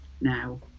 now